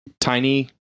tiny